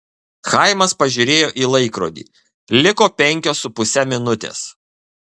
chaimas pažiūrėjo į laikrodį liko penkios su puse minutės